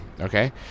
Okay